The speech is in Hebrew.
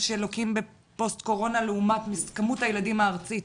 בפוסט קורונה לעומת מספר הילדים הארצי?